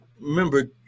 remember